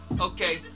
okay